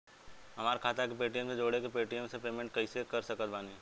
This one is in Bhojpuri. हमार खाता के पेटीएम से जोड़ के पेटीएम से पेमेंट कइसे कर सकत बानी?